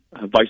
Vice